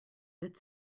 bit